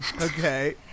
okay